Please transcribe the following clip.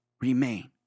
remain